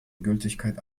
gültigkeit